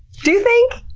do you think?